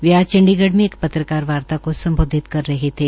वे आज चंडीगढ़ में एक पत्रकार वार्ता को सम्बोधित कर रहे थे